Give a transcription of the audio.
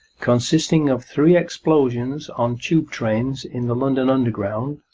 consisting of three explosions on tube-trains in the london underground,